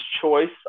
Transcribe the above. choice